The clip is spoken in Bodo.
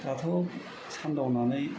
दाथ' सानदावनानै